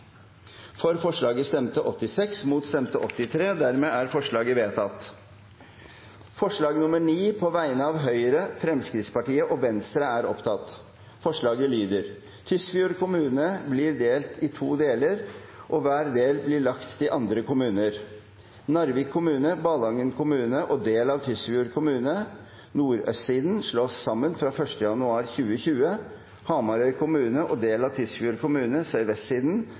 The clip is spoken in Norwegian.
Venstre. Forslaget lyder: «Tysfjord kommune blir delt i to deler og hver del blir lagt til andre kommuner. Narvik kommune, Ballangen kommune og del av Tysfjord kommune slås sammen fra 1. januar 2020. Hamarøy kommune og del av